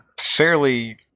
Fairly